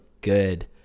good